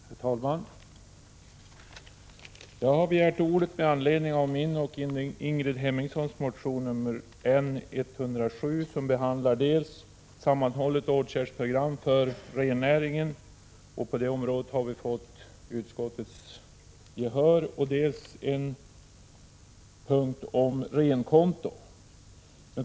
Herr talman! Jag har begärt ordet med anledning av min och Ingrid Hemmingssons motion nr N107, som behandlar dels ett sammanhållet åtgärdsprogram för rennäringen — på det området har vi fått utskottets gehör —, dels en punkt om renkonto.